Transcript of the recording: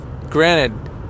granted